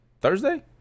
thursday